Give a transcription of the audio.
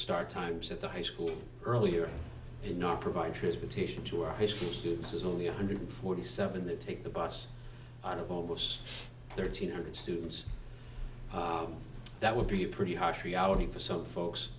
start times at the high school earlier and not provide transportation to our high school students is only one hundred forty seven they take the bus out of almost thirteen hundred students that would be a pretty harsh reality for some folks